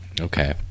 Okay